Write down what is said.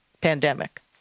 pandemic